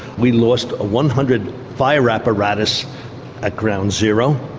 we lost ah one hundred fire apparatus at ground zero.